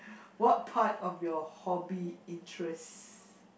what part of your hobby interest